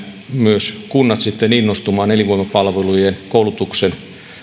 myös kunnat sitten innostumaan ja elinvoimapalvelujen koulutuksen